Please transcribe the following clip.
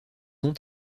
ont